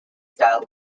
style